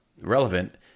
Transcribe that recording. relevant